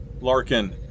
Larkin